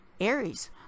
Aries